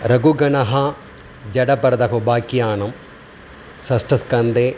रघुगणः जडभरत उपाख्यानम् षष्ठस्कन्दे